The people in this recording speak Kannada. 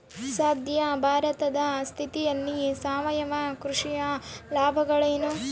ಸದ್ಯ ಭಾರತದ ಸ್ಥಿತಿಯಲ್ಲಿ ಸಾವಯವ ಕೃಷಿಯ ಲಾಭಗಳೇನು?